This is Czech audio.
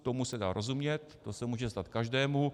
Tomu se dá rozumět, to se může stát každému.